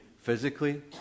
physically